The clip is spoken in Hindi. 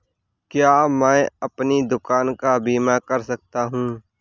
क्या मैं अपनी दुकान का बीमा कर सकता हूँ?